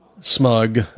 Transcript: smug